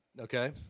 Okay